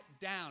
down